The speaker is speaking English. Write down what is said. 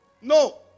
No